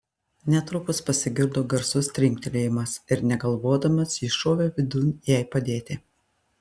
netrukus pasigirdo garsus trinktelėjimas ir negalvodamas jis šovė vidun jai padėti